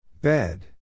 Bed